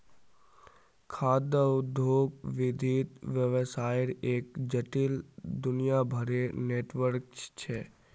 खाद्य उद्योग विविध व्यवसायर एक जटिल, दुनियाभरेर नेटवर्क छ